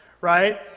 right